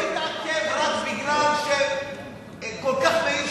זה לא התעכב רק כי מאיר שטרית כל כך,